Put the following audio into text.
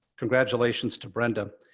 congratulations to brenda.